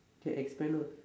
can expand on